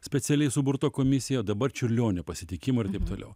specialiai suburta komisija o dabar čiurlionio pasitikimo ir taip toliau